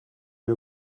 you